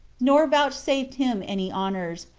nor vouchsafed him any honors,